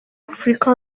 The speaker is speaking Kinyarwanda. afurika